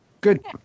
Good